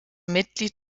mitglied